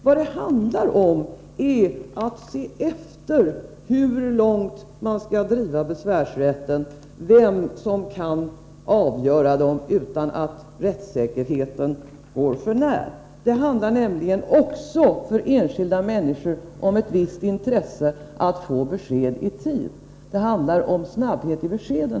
Vad det handlar om är att se efter hur långt man skall driva besvärsrätten, vem som skall kunna avgöra dessa ärenden utan att rättssäkerheten träds för när. Enskilda människor har ett visst intresse av att få besked i tid, och det handlar också om snabbhet i beskeden.